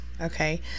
okay